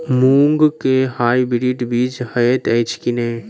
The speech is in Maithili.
मूँग केँ हाइब्रिड बीज हएत अछि की नै?